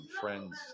friends